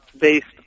based